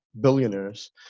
billionaires